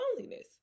loneliness